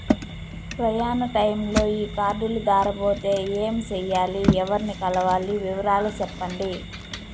ప్రయాణ టైములో ఈ కార్డులు దారబోతే ఏమి సెయ్యాలి? ఎవర్ని కలవాలి? వివరాలు సెప్పండి?